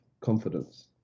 confidence